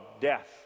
death